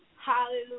Hallelujah